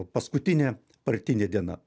paskutinė partinė diena